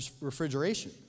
refrigeration